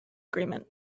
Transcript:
agreement